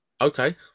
Okay